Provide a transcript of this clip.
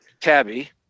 Tabby